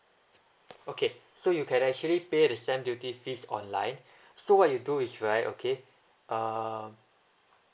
okay so you can actually pay the stamp duty fees online so what you do is right okay err